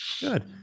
Good